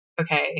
okay